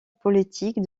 politique